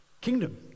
kingdom